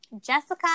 Jessica